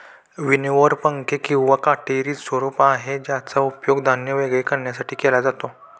winnower पंखे किंवा कटोरीच स्वरूप आहे ज्याचा उपयोग धान्य वेगळे करण्यासाठी केला जातो